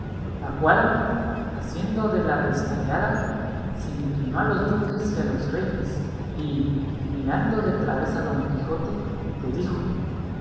la cual haciendo de la desmayada se inclinó a los duques y a los reyes y mirando de través a don quijote le dijo